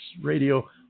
radio